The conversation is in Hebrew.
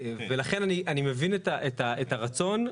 ולכן אני מבין את הרצון.